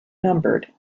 numbered